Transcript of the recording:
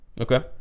Okay